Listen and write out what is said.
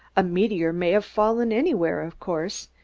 a meteor may have fallen anywhere, of course,